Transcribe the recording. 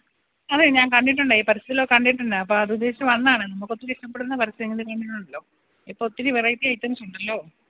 അതെ ഞാൻ കണ്ടിട്ടുണ്ട് ഈ പരസ്യത്തിലൊക്കെ കണ്ടിട്ടുണ്ട് അപ്പോൾ അത് ഉദ്ദേശിച്ച് വന്നതാണ് നമുക്കൊത്തിരി പരസ്യങ്ങൾ ഇപ്പോൾ ഒത്തിരി വെറൈറ്റി ഐറ്റംസുണ്ടല്ലോ